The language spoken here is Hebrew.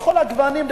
לכל הגוונים,